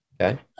Okay